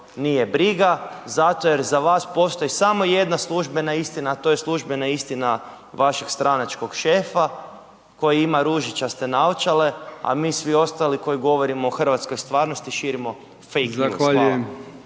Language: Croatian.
nije briga, zato jer za vas postoji samo jedna službena istina, a to je službena istina vašeg stranačkog šefa koji ima ružičaste naočale, a mi svi ostali koji govorimo o hrvatskoj stvarnosti, širimo fake news. Hvala.